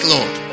Lord